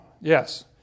Yes